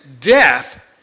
death